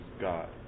God